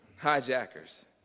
hijackers